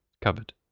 Cupboard